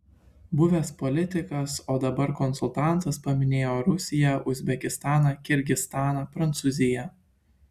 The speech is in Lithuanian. buvęs politikas o dabar konsultantas paminėjo rusiją uzbekistaną kirgizstaną prancūziją